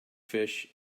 fish